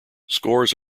scores